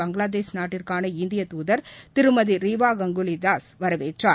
பங்களாதேஷ் நாட்டிற்கான இந்தியத்தூதர் திருமதி ரிவா கங்குலிதாஸ் வரவேற்றார்